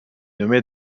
nommée